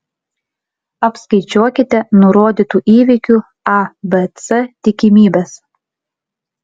apskaičiuokite nurodytų įvykių a b c tikimybes